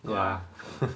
yeah